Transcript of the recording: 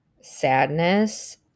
Sadness